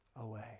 away